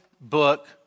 book